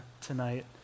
tonight